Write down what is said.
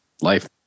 life